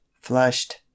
flushed